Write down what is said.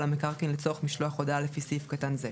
המקרקעין לצורך משלוח הודעה לפי סעיף קטן זה,